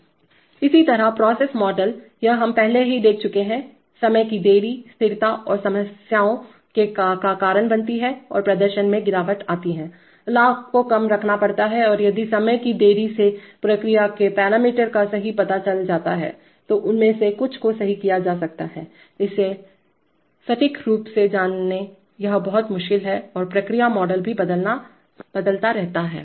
इसी तरह प्रोसेस मॉडलयह हम पहले ही देख चुके हैंसमय की देरीटाइम डिलेस्थिरता की समस्याओं का कारण बनती है और प्रदर्शन में गिरावट आती हैलाभ को कम रखना पड़ता है और यदि समय की देरी से प्रक्रिया के पैरामीटर का सही पता चल जाता है तो उनमें से कुछ को सही किया जा सकता हैइसे सटीक रूप से जानें यह बहुत मुश्किल है और प्रक्रिया मॉडल भी बदलता रहता है